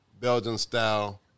Belgian-style